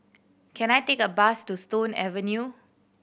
can I take a bus to Stone Avenue